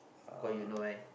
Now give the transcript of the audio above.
call you know right